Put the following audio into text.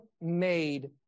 made